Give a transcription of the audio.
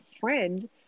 friend